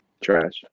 trash